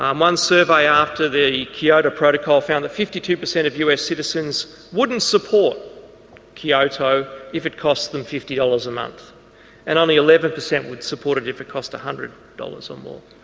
um one survey after the kyoto protocol found that fifty two per cent of us citizens wouldn't support kyoto if it cost them fifty dollars a month and only eleven per cent would support it if it cost one hundred dollars or more.